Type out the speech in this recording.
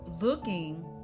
looking